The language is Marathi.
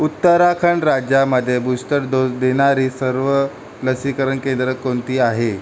उत्तराखंड राज्यामध्ये बूस्टर डोस देणारी सर्व लसीकरण केंद्रे कोणती आहेत